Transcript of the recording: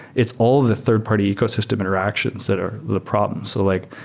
it's all the third party ecosystem interactions that are the problem. so like